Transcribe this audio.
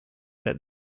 that